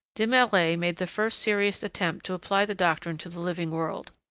de maillet made the first serious attempt to apply the doctrine to the living world.